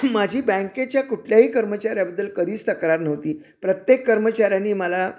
माझी बँकेच्या कुठल्याही कर्मचाऱ्याबद्दल कधीच तक्रार नव्हती प्रत्येक कर्मचाऱ्याने मला